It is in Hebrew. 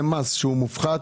זה מס שהוא מופחת,